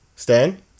Stan